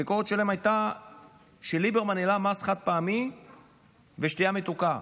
הביקורת שלהם הייתה שליברמן העלה מס על חד-פעמי ושתייה מתוקה,